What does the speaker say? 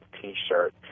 t-shirt